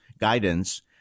guidance